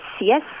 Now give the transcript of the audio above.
Yes